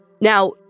Now